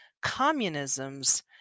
Communism's